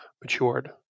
matured